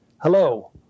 Hello